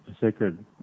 sacred